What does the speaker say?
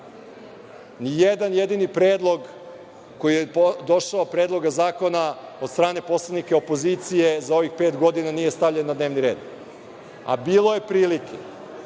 jedan jedini predlog koji je došao od strane poslanika opozicije za ovih pet godina nije stavljen na dnevni red, a bilo je prilike